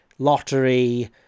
Lottery